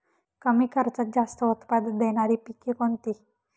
कमी खर्चात जास्त उत्पाद देणारी पिके कोणती?